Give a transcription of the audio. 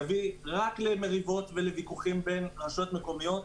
הוא יביא רק למריבות ולוויכוחים בין רשויות מקומיות,